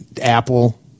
Apple